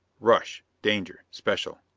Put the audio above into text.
rush. danger. special.